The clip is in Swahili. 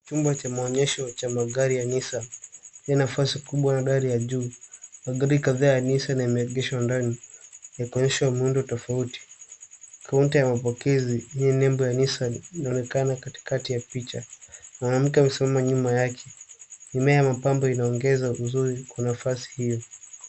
Chumba cha maonyesho cha magari ya Nissan chenye nafasi kubwa ya magari ya juu, magari kadhaa ya Nissan yameegeshwa ndani yakionyesha muundo tofauti. Counter ya mapokezi yenye nembo ya Nissan inaonekana katikati ya picha. Mwanamke amesimama nyuma yake. Mimea ya mapambo inaongezea uzuri kwa nafasi hiyo.